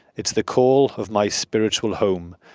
it's the call of my spiritual home,